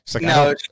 No